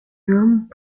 hommes